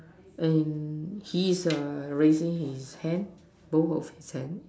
and he is a raising his hand both of his hand